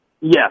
Yes